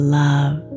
love